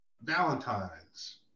Valentine's